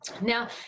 Now